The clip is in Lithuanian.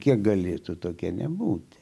kiek galėtų tokia nebūti